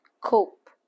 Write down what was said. cope